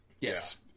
yes